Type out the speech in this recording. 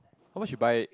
how much you buy